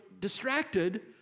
distracted